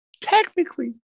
technically